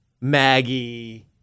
Maggie